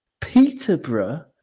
Peterborough